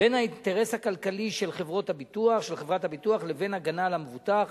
בין האינטרס הכלכלי של חברת הביטוח לבין הגנה על המבוטח,